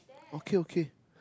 okay okay